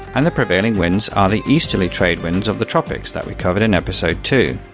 and the prevailing winds are the easterly trade winds of the tropics that we covered in episode two.